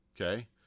okay